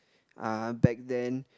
uh back then